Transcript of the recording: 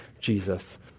Jesus